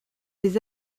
des